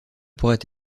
pourrait